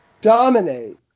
dominate